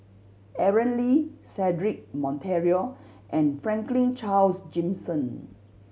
Aaron Lee Cedric Monteiro and Franklin Charles Gimson